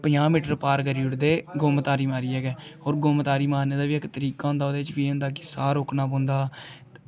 पंजाह् मीटर पार करी ओड़दे गुम तारी मारियै गै होर गुम तारी मारने दा बी इक तरीका होंदा ओह्दे च केह् होंदा कि साह् रोकना पौंदा